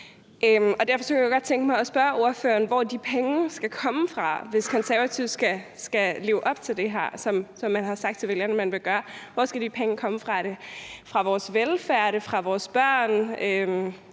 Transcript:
jeg godt tænke mig at spørge ordføreren, hvor de penge skal komme fra, hvis Konservative skal leve op til det, som man har sagt til vælgerne man vil gøre. Hvor skal de penge komme fra? Er det fra vores velfærd, er det fra vores børn?